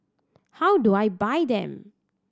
how do I buy them